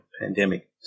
pandemic